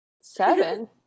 Seven